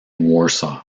warsaw